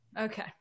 Okay